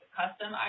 custom